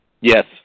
Yes